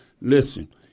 Listen